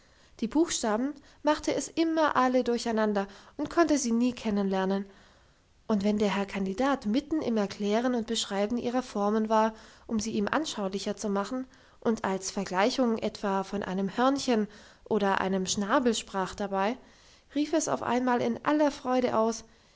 die buchstaben machte es immer alle durcheinander und konnte sie nie kennen lernen und wenn der herr kandidat mitten im erklären und beschreiben ihrer formen war um sie ihm anschaulicher zu machen und als vergleichung etwa von einem hörnchen oder einem schnabel sprach dabei rief es auf einmal in aller freude aus